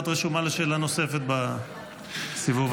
את רשומה לשאלה נוספת בסיבוב הזה.